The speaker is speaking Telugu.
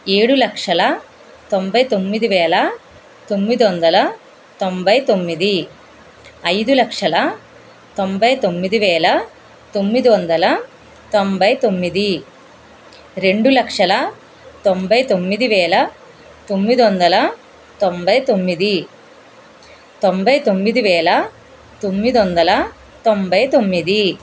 ఏడు లక్షల తొంభై తొమ్మిదివేల తొమ్మిది వందల తొంభై తొమ్మిది ఐదు లక్షల తొంభై తొమ్మిది వేల తొమ్మిది వందల తొంభై తొమ్మిది రెండు లక్షల తొంభై తొమ్మిది వేల తొమ్మిది వందల తొంభై తొమ్మిది తొంభై తొమ్మిది వేల తొమ్మిది వందల తొంభై తొమ్మిది